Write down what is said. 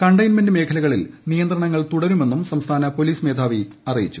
containment മേഖ്വല്യിൽ നിയന്ത്രണങ്ങൾ തുടരുമെന്നും സംസ്ഥാന പോലീസ് ്മ്യോ്പി അറിയിച്ചു